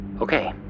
Okay